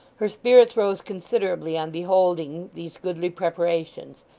her spirits rose considerably on beholding these goodly preparations,